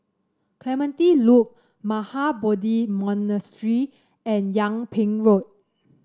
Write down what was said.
Clementi Loop Mahabodhi Monastery and Yung Ping Road